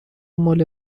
مال